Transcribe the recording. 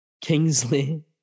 Kingsley